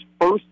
first